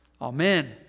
Amen